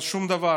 אבל שום דבר.